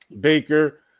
Baker